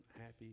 Happy